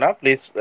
please